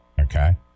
Okay